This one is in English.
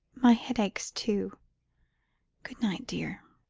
my head aches too good-night, dear,